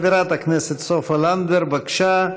חברת הכנסת סופה לנדבר, בבקשה,